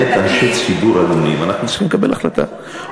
באמת אנשי ציבור הגונים, אנחנו צריכים לקבל החלטה.